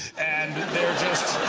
and they're just.